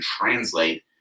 translate